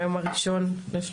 היום ה- 01.03.2022,